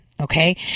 okay